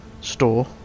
store